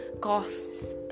costs